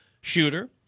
shooter